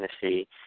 Tennessee